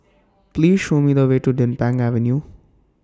Please Show Me The Way to Din Pang Avenue